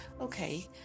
Okay